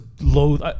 loathe